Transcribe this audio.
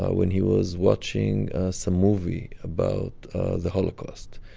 ah when he was watching some movie about the holocaust.